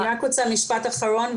אני רוצה לומר משפט אחרון.